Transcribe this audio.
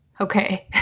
Okay